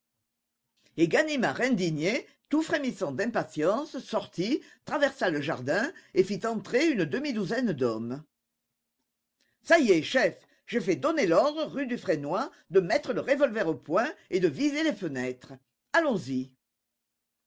et ganimard indigné tout frémissant d'impatience sortit traversa le jardin et fit entrer une demi-douzaine d'hommes ça y est chef j'ai fait donner l'ordre rue dufrénoy de mettre le revolver au point et de viser les fenêtres allons-y